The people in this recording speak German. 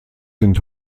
sind